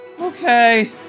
Okay